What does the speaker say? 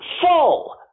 full